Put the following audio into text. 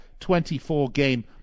24-game